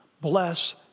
Bless